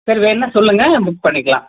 சரி வேணும்னா சொல்லுங்கள் புக் பண்ணிக்கலாம்